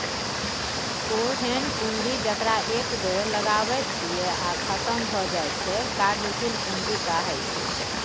ओहेन पुंजी जकरा एक बेर लगाबैत छियै आ खतम भए जाइत छै कार्यशील पूंजी कहाइ छै